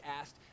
asked